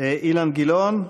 אילן גילאון,